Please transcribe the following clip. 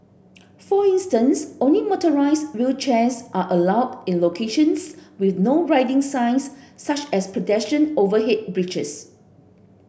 for instance only motorised wheelchairs are allowed in locations with No Riding signs such as pedestrian overhead bridges